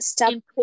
important